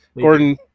Gordon